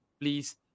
please